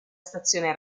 stazione